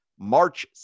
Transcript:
March